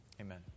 Amen